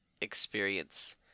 experience